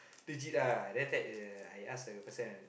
legit ah then after that I ask the person